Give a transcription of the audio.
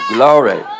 Glory